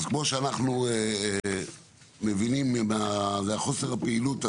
אז כמו שאנחנו מבינים מחוסר הפעילות הזה,